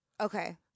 Okay